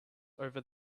over